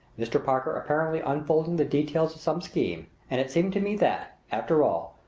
mr. parker apparently unfolding the details of some scheme and it seemed to me that, after all,